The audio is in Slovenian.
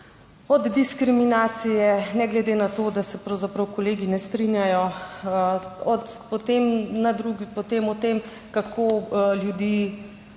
od diskriminacije, ne glede na to, da se pravzaprav kolegi ne strinjajo. Od potem na drugi,